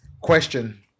Question